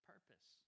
purpose